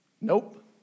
Nope